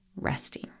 resting